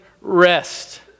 rest